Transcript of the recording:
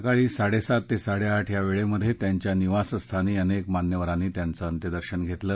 सकाळी साडेसात ते साडेआठ या वेळेत त्यांच्या निवासस्थानी अनेक मान्यवारांनी त्यांचं अंत्यदर्शन घेतलं